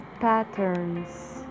patterns